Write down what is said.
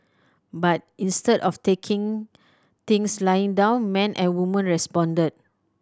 but instead of taking things lying down men and women responded